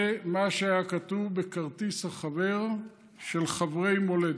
זה מה שהיה כתוב בכרטיס החבר של חברי מולדת,